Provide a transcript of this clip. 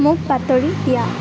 মোক বাতৰি দিয়া